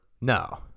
No